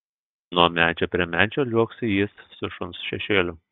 nuo medžio prie medžio liuoksi jis su šuns šešėliu